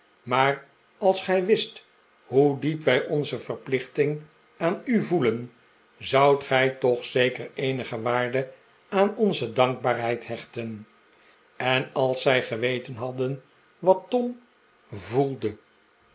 maar als gij wist hoe diep wij onze verplichting aan u voelen zoudt gij toch zeker eenige waarde aan onze dankbaarheid hechten en als zij geweten hadden wat tom voelde